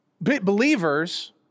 believers